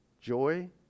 joy